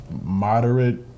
moderate